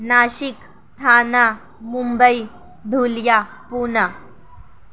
Nashik Thane Mumbai Dhule Poona